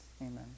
Amen